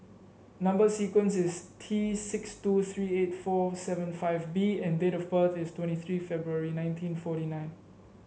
number sequence is T six two three eight four seven five B and date of birth is twenty three February nineteen forty nine